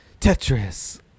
Tetris